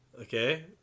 okay